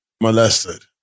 molested